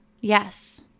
Yes